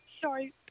Sorry